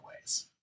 ways